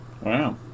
Wow